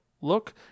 look